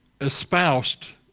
espoused